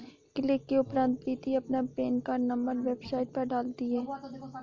click के उपरांत प्रीति अपना पेन कार्ड नंबर वेबसाइट पर डालती है